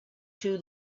two